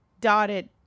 dotted